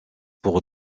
pour